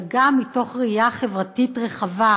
אלא גם מתוך ראייה חברתית רחבה,